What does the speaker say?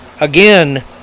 again